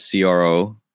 CRO